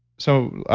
so,